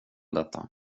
detta